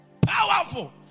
powerful